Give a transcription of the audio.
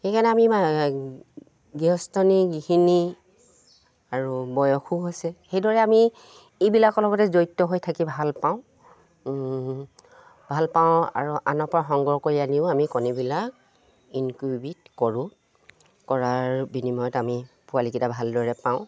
সেইকাৰণে আমি গৃহস্থনী গৃহিণী আৰু বয়সো হৈছে সেইদৰে আমি এইবিলাকৰ লগতে জড়িত হৈ থাকি ভাল পাওঁ ভাল পাওঁ আৰু আনৰপৰা সংগ্ৰহ কৰি আনিও আমি কণীবিলাক ইনকিউবেট কৰোঁ কৰাৰ বিনিময়ত আমি পোৱালিকেইটা ভালদৰে পাওঁ